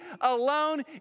alone